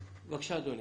בבקשה, אדוני.